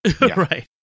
Right